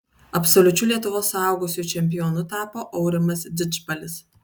absoliučiu lietuvos suaugusiųjų čempionu tapo aurimas didžbalis